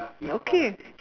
okay